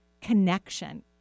connection